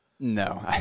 No